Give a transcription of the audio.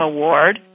Award